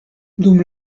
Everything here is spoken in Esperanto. dum